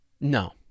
No